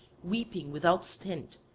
weeping without stint,